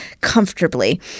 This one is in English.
comfortably